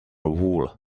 wool